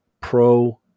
pro